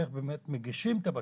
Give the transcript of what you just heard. איך מגישים את הבקשה?